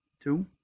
Two